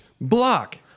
Block